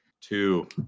Two